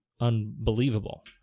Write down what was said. unbelievable